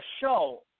show